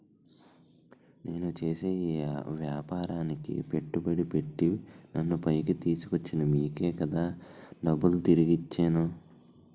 నేను చేసే ఈ వ్యాపారానికి పెట్టుబడి పెట్టి నన్ను పైకి తీసుకొచ్చిన మీకే కదా డబ్బులు తిరిగి ఇచ్చేను